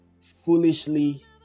foolishly